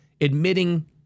admitting